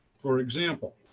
for example,